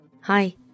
Hi